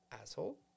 asshole